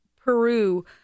Peru